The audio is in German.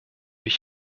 ich